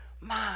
Mom